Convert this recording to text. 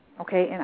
Okay